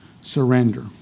surrender